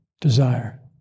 desire